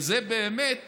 וזו באמת